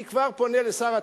אני כבר פונה לשר התחבורה.